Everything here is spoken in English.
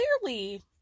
Clearly